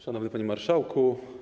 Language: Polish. Szanowny Panie Marszałku!